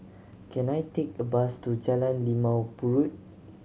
can I take a bus to Jalan Limau Purut